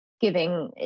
giving